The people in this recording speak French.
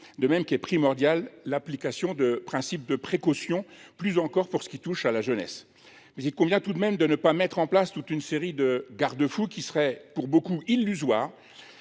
de même qu'est primordial l'application de principes de précaution, plus encore pour ce qui touche à la jeunesse. Mais il convient tout de même de ne pas mettre en place toute une série de garde-fous qui seraient pour beaucoup illusoires,